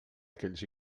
aquells